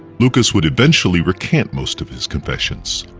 lucas would eventually recant most of his confessions.